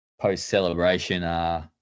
post-celebration